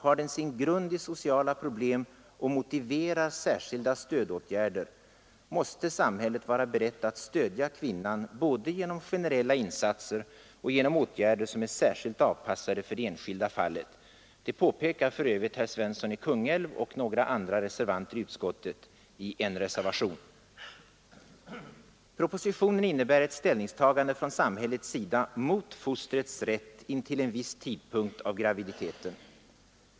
Har den sin grund i sociala problem som motiverar särskilda stödåtgärder, måste samhället vara berett att stödja kvinnan både genom generella insatser och genom åtgärder som är särskilt avpassade för det enskilda fallet. Det påpekar för övrigt herr Svensson i Kungälv och några andra reservanter i Propositionen innebär ett ställningstagande från samhällets sida mot fostrets rätt intill en viss tidpunkt av graviditeten.